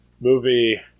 movie